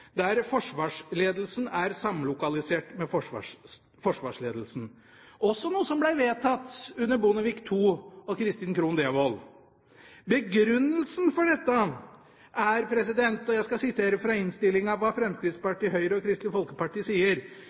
der forsvarsledelsen er samlokalisert med Forsvarsdepartementet – også noe som ble vedtatt under Bondevik II-regjeringen og statsråd Kristin Krohn Devold. Når det gjelder begrunnelsen for dette, skal jeg sitere fra innstillingen hva Fremskrittspartiet, Høyre og Kristelig Folkeparti sier.